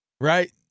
right